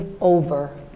over